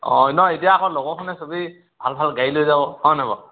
অঁ ন এতিয়া আকৌ লগৰখনে চবেই ভাল ভাল গাড়ী লৈ যাব হয় ন বাৰু